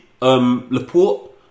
Laporte